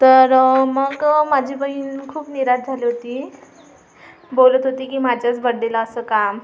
तर मग माझी बहीण खूप निराश झाली होती बोलत होती की माझ्याच बड्डेला असं का